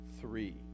three